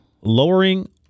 lowering